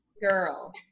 girl